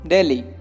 Delhi